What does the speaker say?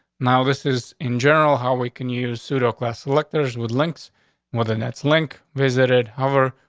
now this is in general how we can use pseudo class electors with links more than its link visited hover,